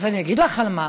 אני אגיד לך על מה,